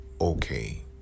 okay